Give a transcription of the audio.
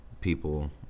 people